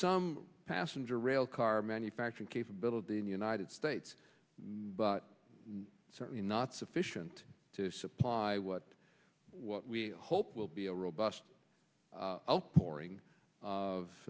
some passenger rail car manufacturing capability in the united states but certainly not sufficient to supply what what we hope will be a robust outpouring of